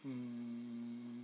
mm